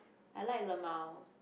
I like lmao